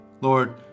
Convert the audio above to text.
Lord